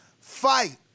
fight